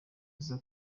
nziza